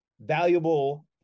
valuable